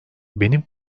benim